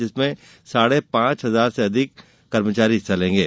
जिसमें साढ़े पांच हजार से अधिक शासकीय कर्मचारी हिस्सा लेंगे